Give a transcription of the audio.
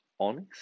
honest